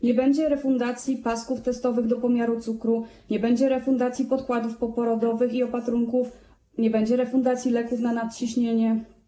Nie będzie refundacji pasków testowych do pomiaru cukru, nie będzie refundacji podkładów poporodowych i opatrunków, nie będzie refundacji leków na nadciśnienie.